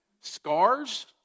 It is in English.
Scars